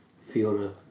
Fiona